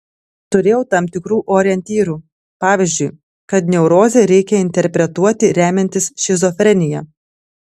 turėjau tam tikrų orientyrų pavyzdžiui kad neurozę reikia interpretuoti remiantis šizofrenija